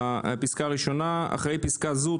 בפסקה הראשונה: אחרי פסקה זו,